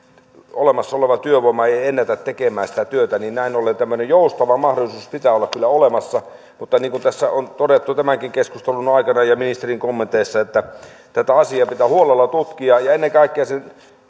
olemassa oleva työvoima ei ei ennätä tekemään sitä työtä ja näin ollen tämmöinen joustava mahdollisuus pitää olla kyllä olemassa mutta niin kuin tässä on todettu tämänkin keskustelun aikana ja ministerin kommenteissa tätä asiaa pitää huolella tutkia ennen kaikkea sen